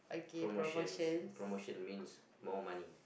promotions promotion means more money